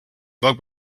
bug